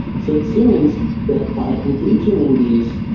so, it seems that by engaging in these,